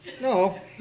No